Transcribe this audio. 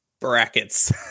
brackets